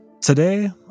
Today